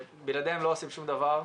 בלעדיהן לא עושים שום דבר,